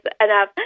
enough